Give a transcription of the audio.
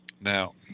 Now